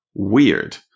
Weird